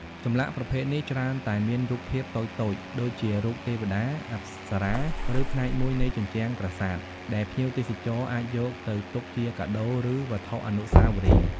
ចម្លាក់ប្រភេទនេះច្រើនតែមានរូបភាពតូចៗដូចជារូបទេវតា អប្សរា ឬផ្នែកមួយនៃជញ្ជាំងប្រាសាទ ដែលភ្ញៀវទេសចរណ៍អាចយកទៅទុកជាកាដូ ឬវត្ថុអនុស្សាវរីយ៍។